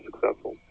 successful